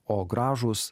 o gražūs